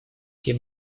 тем